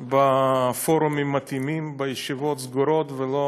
בפורומים המתאימים, בישיבות סגורות, ולא